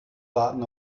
warten